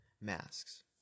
masks